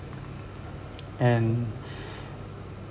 and